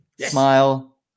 Smile